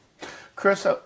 Chris